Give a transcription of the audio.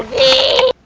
a